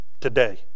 today